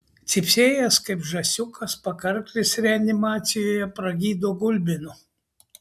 cypsėjęs kaip žąsiukas pakarklis reanimacijoje pragydo gulbinu